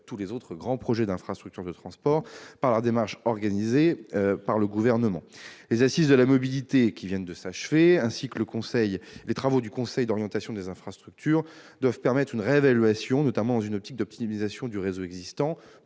que les autres grands projets d'infrastructures de transport, par la démarche organisée par le Gouvernement. Les Assises de la mobilité, qui viennent de s'achever, ainsi que les travaux du Conseil d'orientation des infrastructures doivent permettre une réévaluation, notamment dans une optique d'optimisation du réseau existant,